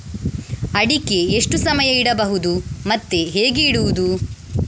ಅಡಿಕೆ ಎಷ್ಟು ಸಮಯ ಇಡಬಹುದು ಮತ್ತೆ ಹೇಗೆ ಇಡುವುದು?